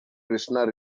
krishna